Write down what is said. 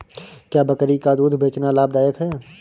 क्या बकरी का दूध बेचना लाभदायक है?